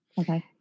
Okay